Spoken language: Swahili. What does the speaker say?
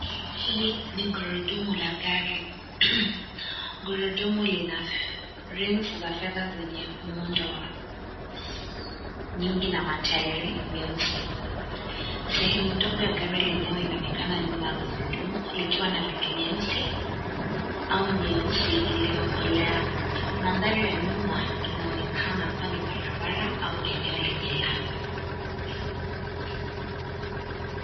Hili ni gurudumu la gari , gurudumu lina rims za fedha zenye muundo wa nyingi na matairi meusi. Sehemu ndogo ya gari lenyewe inaonekana nyuma ya gurudumu likiwa na rangi nyeusi au nyeusi iliyokolea. Mandhari ya nyuma inaonekana kuwa ni barabara ama eneo lenye lami.